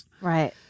right